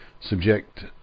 subject